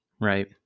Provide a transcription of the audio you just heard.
right